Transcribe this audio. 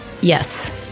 Yes